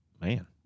man